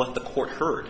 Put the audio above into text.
what the court heard